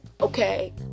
Okay